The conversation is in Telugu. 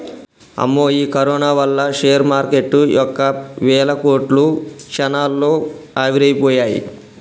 అమ్మో ఈ కరోనా వల్ల షేర్ మార్కెటు యొక్క వేల కోట్లు క్షణాల్లో ఆవిరైపోయాయి